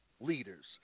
leaders